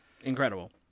Incredible